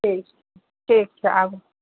ठीक ठीक छै आबू जाइ छी